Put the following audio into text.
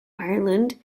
ireland